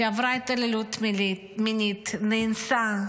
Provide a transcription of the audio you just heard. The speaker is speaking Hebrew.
שעברה התעללות מינית, נאנסה,